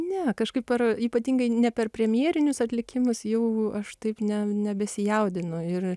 ne kažkaip ar ypatingai ne per premjerinius atlikimus jau aš taip ne nebesijaudinu ir